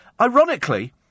Ironically